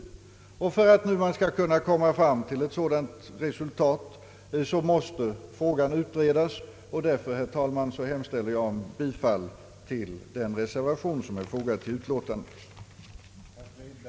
För att vi skall kunna nå fram till ett sådant resultat måste frågan utredas. Jag hemställer således, herr talman, om bifall till den reservation som är fogad till utskottets utlåtande.